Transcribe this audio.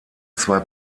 zwei